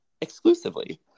exclusively